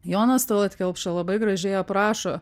jonas talat kelpša labai gražiai aprašo